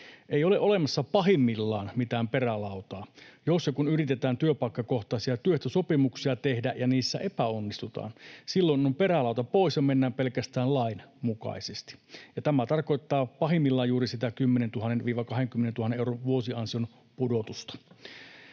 ei ole olemassa mitään perälautaa. Jos ja kun yritetään työpaikkakohtaisia työehtosopimuksia tehdä ja niissä epäonnistutaan, silloin on perälauta pois ja mennään pelkästään lain mukaisesti. Ja tämä tarkoittaa pahimmillaan juuri sitä 10 000—20 000 euron vuosiansion pudotusta.